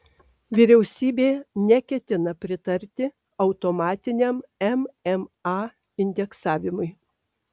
vyriausybė neketina pritarti automatiniam mma indeksavimui